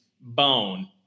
bone